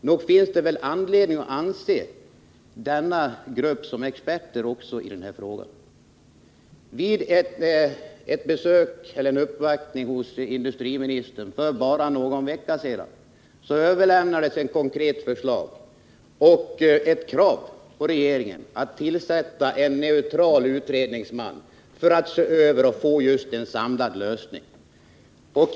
Nog finns det anledning att se denna grupp som experter också i denna fråga. Vid en uppvaktning hos industriministern för bara någon vecka sedan överlämnades ett konkret förslag och ett krav att regeringen skall tillsätta en neutral utredningsman för att se över denna fråga och få fram just en samlad lösning.